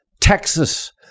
Texas